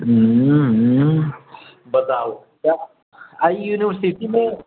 हूँ हूँ बताउ आ ई यूनिवर्सिटी मे